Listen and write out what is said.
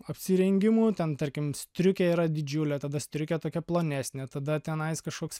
apsirengimų ten tarkim striukė yra didžiulė tada striukė tokia plonesnė tada tenai kažkoks